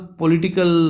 political